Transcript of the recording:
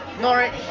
Norwich